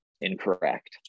incorrect